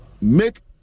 Make